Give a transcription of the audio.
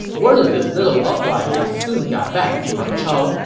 word of this little uprising soon got back to ma chao,